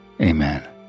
Amen